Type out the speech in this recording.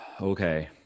Okay